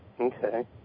Okay